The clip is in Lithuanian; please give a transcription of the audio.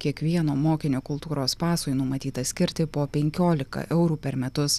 kiekvieno mokinio kultūros pasui numatyta skirti po penkiolika eurų per metus